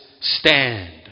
stand